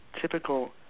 typical